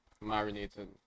marinated